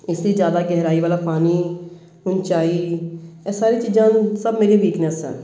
ਇਸ ਲਈ ਜ਼ਿਆਦਾ ਗਹਿਰਾਈ ਵਾਲਾ ਪਾਣੀ ਉੱਚਾਈ ਇਹ ਸਾਰੀ ਚੀਜ਼ਾਂ ਨੂੰ ਸਭ ਮੇਰੀ ਵੀਕਨੈਸ ਆ